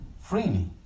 freely